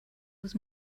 was